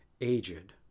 Aged